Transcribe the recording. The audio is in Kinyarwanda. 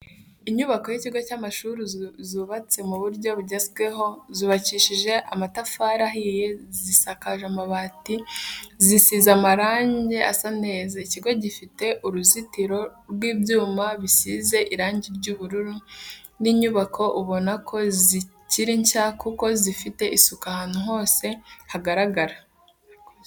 Inyubako y'ikigo cy'amashuri zubatse mu buryo bugezweho zubakishije amatafari ahiye zisakaje amabati zisize amarange asa neza, ikigo gifite uruzitiro rw'ibyuma bisize irangi ry'ubururu. ni inyubako ubona ko zikiri nshya kuko zifite isuku ahantu hose hagaragara.